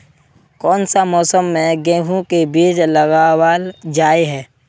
कोन सा मौसम में गेंहू के बीज लगावल जाय है